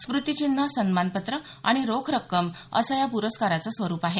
स्मृतिचिन्ह सन्मानपत्र आणि रोख रक्कम असं या प्रस्काराचं स्वरूप आहे